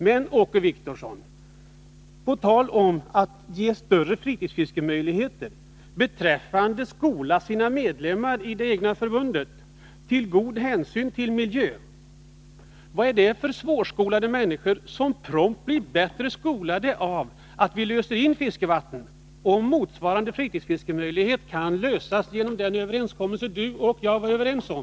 Men, Åke Wictorsson, på tal om att ge större fritidsfiskemöjligheter och beträffande att skola medlemmarna i det egna förbundet till god hänsyn till miljön — vad är det för svårskolade människor som prompt blir bättre skolade av att vi löser in fiskevattnen, om motsvarande fritidsfiskemöjligheter kan åstadkommas genom den överenskommelse vi var överens om?